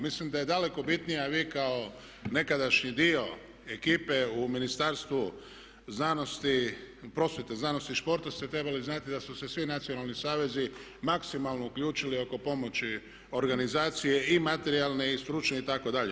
Mislim da je daleko bitnije, a vi kao nekadašnji dio ekipe u Ministarstvu znanosti, prosvjete znanosti i športa ste trebali znati da su se svi nacionalni savezi maksimalno uključili oko pomoći organizacije i materijalne i stručne itd.